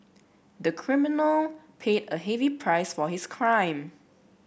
the criminal paid a heavy price for his crime